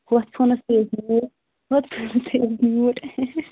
ہُتھ فونَس ہُتھ تھٲیِو حظ میوٗٹ